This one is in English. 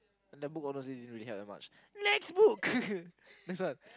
and that book honestly didn't really have that much next book next one